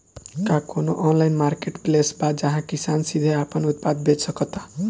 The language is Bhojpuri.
का कोनो ऑनलाइन मार्केटप्लेस बा जहां किसान सीधे अपन उत्पाद बेच सकता?